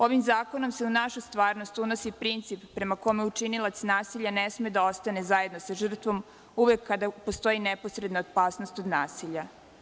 Ovim zakonom se u našu stvarnost unosi princip prema kome učinilac nasilja ne sme da ostane zajedno sa žrtvom uvek kada postoji neposredna opasnost od nasilja.